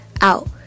out